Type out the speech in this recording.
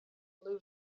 blue